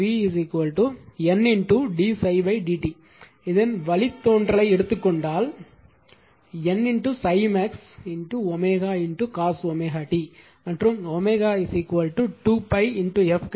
எனவே V N d ∅ d t இதன் வழித்தோன்றலை எடுத்துக் கொண்டால் N ∅max cos t மற்றும் 2 pi f கிடைக்கும்